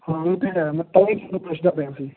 ਹਾਂ ਉਹ ਤਾਂ ਹੈ ਮੈਂ ਤਾਂ ਹੀ ਤੈਨੂੰ ਪੁੱਛਦਾ ਪਿਆ ਸੀ